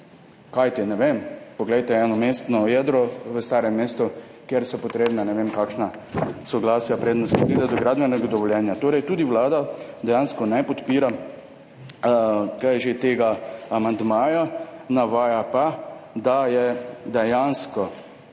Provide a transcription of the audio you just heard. Kajti ne vem, poglejte eno mestno jedro v starem mestu, kjer so potrebna ne vem kakšna soglasja, preden se pride do gradbenega dovoljenja. Torej tudi vlada dejansko ne podpira tega amandmaja, navaja pa, da je dejansko